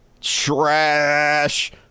Trash